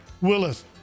Willis